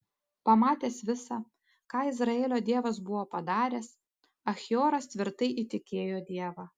pamatęs visa ką izraelio dievas buvo padaręs achioras tvirtai įtikėjo dievą